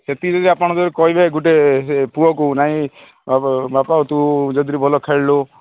ସେତିକି ଯଦି ଆପଣ ଯଦି କହିବେ ଗୋଟେ ହେ ପୁଅକୁ ନାହିଁ ବାପ ତୁ ଯଦିରେ ଭଲ ଖେଳିଲୁ